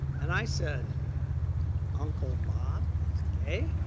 and i said uncle bob is gay?